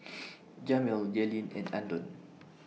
Jamil Jaylene and Andon